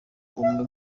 umwe